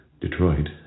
Detroit